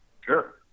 Sure